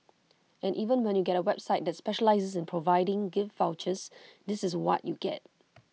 and even when you get A website that specialises in providing gift vouchers this is what you get